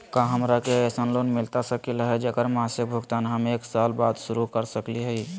का हमरा के ऐसन लोन मिलता सकली है, जेकर मासिक भुगतान हम एक साल बाद शुरू कर सकली हई?